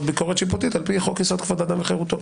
ביקורת שיפוטית על פי חוק-יסוד: כבוד האדם וחירותו.